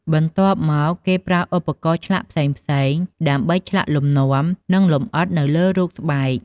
បន្ទាប់មក គេប្រើឧបករណ៍ឆ្លាក់ផ្សេងៗដើម្បីឆ្លាក់លំនាំ និងលម្អិតនៅលើរូបស្បែក។